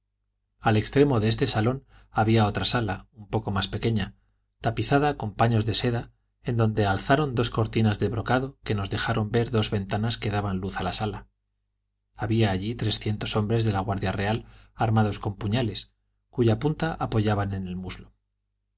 al extremo de este salón había otra sala un poco más pequeña tapizada con paños de seda en donde alzaron dos cortinas de brocado que nos dejaron ver dos ventanas que daban luz a la sala había allí trescientos hombres de la guardia real armados con puñales cuya punta apoyaban en el muslo